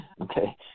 Okay